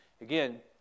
Again